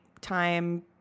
time